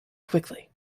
quickly